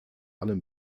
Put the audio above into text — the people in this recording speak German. allem